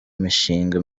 mishinga